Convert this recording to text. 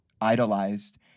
idolized